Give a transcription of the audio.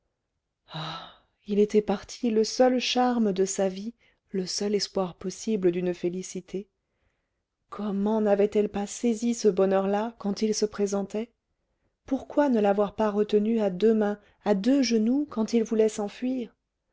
il était parti le seul charme de sa vie le seul espoir possible d'une félicité comment n'avait-elle pas saisi ce bonheur-là quand il se présentait pourquoi ne l'avoir pas retenu à deux mains à deux genoux quand il voulait s'enfuir